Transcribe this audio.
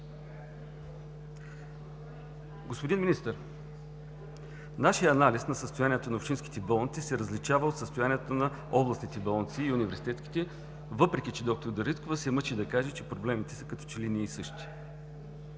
Господин Министър, нашият анализ – състоянието на общинските болници се различава от състоянието на областните и университетските болници, въпреки че доктор Дариткова се мъчи да каже, че проблемите са като че ли едни и същи.